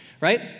Right